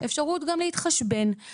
אפשרות גם להתחשבן.